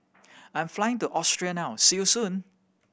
I'm flying to Austria now see you soon